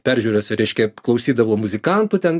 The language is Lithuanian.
peržiūrose reiškia klausydavo muzikantų ten